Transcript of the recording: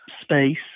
space